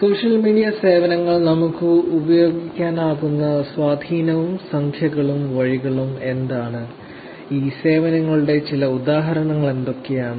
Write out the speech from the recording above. social media സേവനങ്ങൾ നമുക്ക് ഉപയോഗിക്കാനാകുന്ന സ്വാധീനവും സംഖ്യകളും വഴികളും എന്താണ് ഈ സേവനങ്ങളുടെ ചില ഉദാഹരണങ്ങൾ എന്തൊക്കെയാണ്